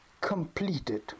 completed